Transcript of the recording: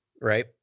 right